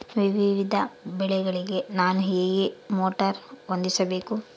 ವಿವಿಧ ಬೆಳೆಗಳಿಗೆ ನಾನು ಹೇಗೆ ಮೋಟಾರ್ ಹೊಂದಿಸಬೇಕು?